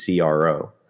CRO